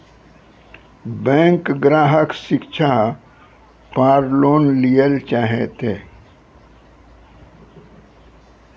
Bank ग्राहक शिक्षा पार लोन लियेल चाहे ते?